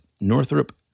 Northrop